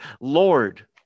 Lord